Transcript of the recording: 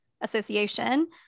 association